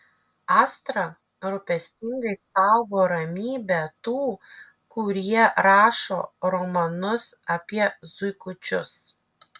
astra rūpestingai saugo ramybę tų kurie rašo romanus apie zuikučius